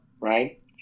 right